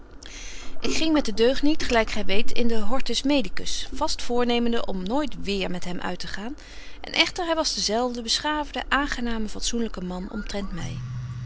ik ging met den deugniet gelyk gy weet in den hortus medicus vast voornemende om nooit weêr met hem uittegaan en echter hy was dezelfde beschaafde aangename fatsoenlyke man omtrent my